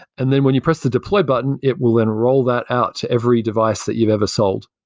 and then when you press the deploy button, it will then roll that out to every device that you've ever sold,